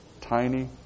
Tiny